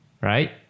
right